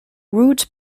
route